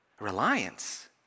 reliance